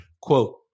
quote